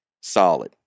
solid